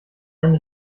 einen